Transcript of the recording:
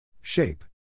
Shape